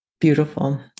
Beautiful